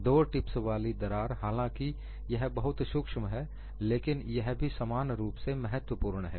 दो टिप्स वाली दरार हालांकि यह बहुत सूक्ष्म बिंदु है लेकिन यह भी समान रूप से महत्वपूर्ण है